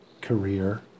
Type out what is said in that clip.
career